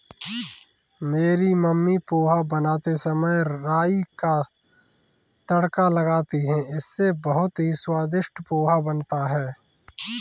मेरी मम्मी पोहा बनाते समय राई का तड़का लगाती हैं इससे बहुत ही स्वादिष्ट पोहा बनता है